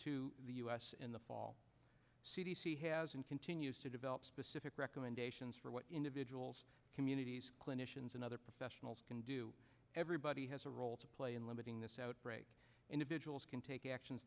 to the u s in the fall c d c has and continues to develop specific recommendations for what individuals communities clinicians and other professionals can do everybody has a role to play in limiting this outbreak individuals can take actions